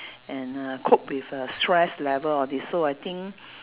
and err cope with err stress level all this so I think